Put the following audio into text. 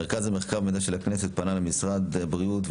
מרכז המחקר והמידע של כנסת פנה למשרד הבריאות,